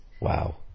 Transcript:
Wow